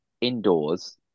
indoors